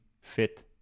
fit